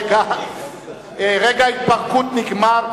רגע ההתפרקות נגמר.